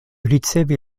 ricevi